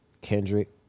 Kendrick